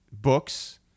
books